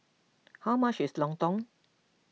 how much is Lontong